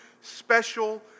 special